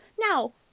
now